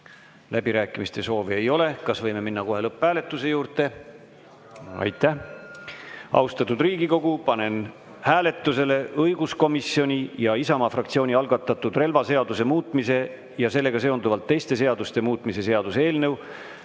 Läbirääkimiste soovi ei ole. Kas võime minna kohe lõpphääletuse juurde? Aitäh! Austatud Riigikogu, panen hääletusele õiguskomisjoni ja Isamaa fraktsiooni algatatud relvaseaduse muutmise ja sellega seonduvalt teiste seaduste muutmise seaduse eelnõu